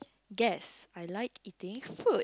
guess I like eating fruit